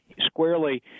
squarely